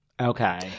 Okay